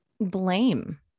blame